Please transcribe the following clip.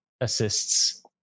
assists